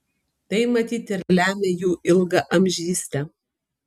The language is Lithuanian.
tai matyt ir lemia jų ilgaamžystę